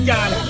God